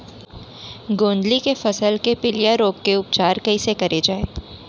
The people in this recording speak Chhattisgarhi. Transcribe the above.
गोंदली के फसल के पिलिया रोग के उपचार कइसे करे जाये?